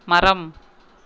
மரம்